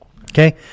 Okay